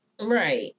right